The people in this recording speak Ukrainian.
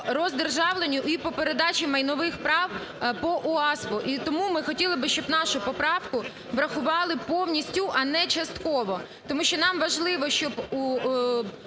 роздержавленню і по передачі майнових прав по УААСПу. І тому ми хотіли би, щоб нашу поправку врахували повністю, а не частково. Тому що нам важливо, щоб